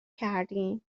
کردین